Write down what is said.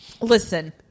listen